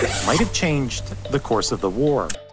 might've changed the course of the war.